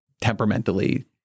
temperamentally